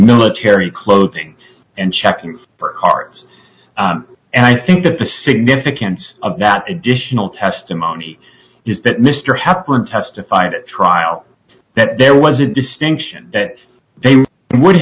military clothing and checking her cards and i think that the significance of that additional testimony is that mr hepburn testified at trial that there was a distinction that they would